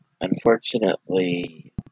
unfortunately